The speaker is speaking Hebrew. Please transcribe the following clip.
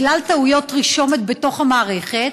בגלל טעויות רישום בתוך המערכת,